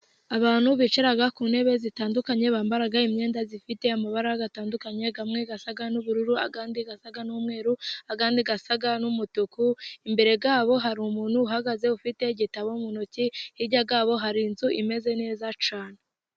Abantu bicara ku ntebe zitandukanye, bambara imyenda ifite amabara atandukanye, amwe asa n'ubururu, andi asa n'umweru, andi asa n'umutuku, imbere yabo hari umuntu uhagaze ufite igitabo mu ntoki, hirya yabo hari inzu imeze neza cyane.